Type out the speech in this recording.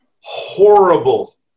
horrible